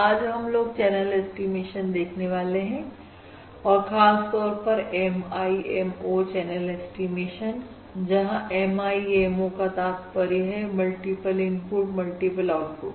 आज हम लोग चैनल ऐस्टीमेशन देखने वाले हैं और खासतौर पर MIMO चैनल ऐस्टीमेशन जहां MIMO का तात्पर्य है मल्टीपल इनपुट मल्टीपल आउटपुट